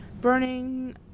burning